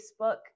Facebook